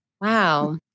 Wow